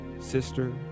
sister